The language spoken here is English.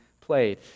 played